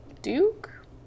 Duke